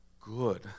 good